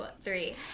three